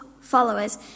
followers